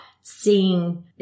seeing